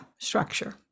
structure